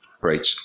right